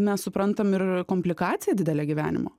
mes suprantam ir komplikacija didelė gyvenimo